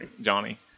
Johnny